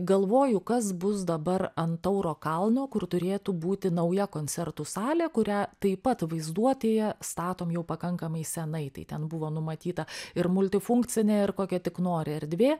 galvoju kas bus dabar ant tauro kalno kur turėtų būti nauja koncertų salė kurią taip pat vaizduotėje statom jau pakankamai senai tai ten buvo numatyta ir multifunkcinė ir kokia tik nori erdvė